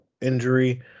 injury